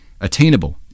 attainable